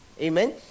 Amen